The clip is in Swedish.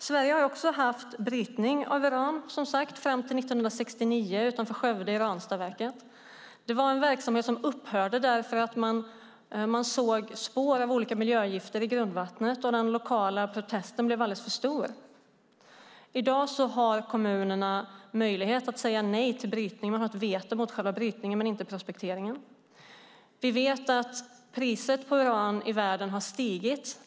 Sverige har också, som sagt, haft brytning - fram till år 1969 utanför Skövde i Ranstadsverket. Den verksamheten upphörde därför att man såg spår av olika miljögifter i grundvattnet. Den lokala protesten blev alldeles för stor. I dag har kommunerna möjlighet att säga nej till brytning; man har möjlighet till veto mot själva brytningen men inte mot prospekteringen. Vi vet att priset på uran i världen har stigit.